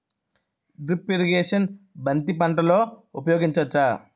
Drip irrigation బంతి పంటలో ఊపయోగించచ్చ?